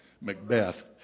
Macbeth